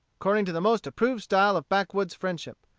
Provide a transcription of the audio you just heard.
according to the most approved style of backwoods friendship.